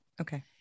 Okay